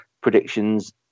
predictions